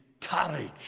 courage